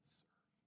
serve